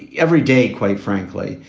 every day, quite frankly,